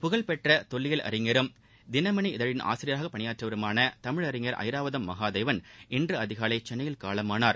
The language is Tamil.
புகழ்பெற்ற தொல்லியல் அறிஞரும் தினமணி இதழின் ஆசிரியராக பணியாற்றியவருமான தமிழறிஞர் ஐராவதம் மகாதேவள் இன்று அதிகாலை சென்னையில் காலமானார்